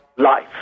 life